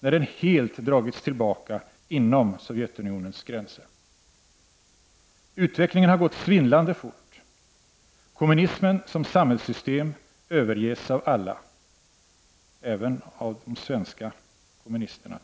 När den helt dragits tillbaka inom Sovjetunionens gränser är en tidsfråga. Utvecklingen har gått svindlande fort. Kommunismen som samhällssystem överges av alla — tydligen även av de svenska kommunisterna.